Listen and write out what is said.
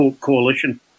coalition